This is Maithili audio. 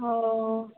ओ